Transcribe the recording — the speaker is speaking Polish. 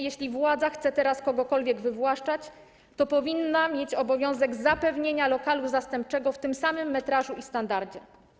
Jeśli władza chce teraz kogokolwiek wywłaszczać, to powinna mieć obowiązek zapewnienia lokalu zastępczego o tym samym metrażu i w tym samym standardzie.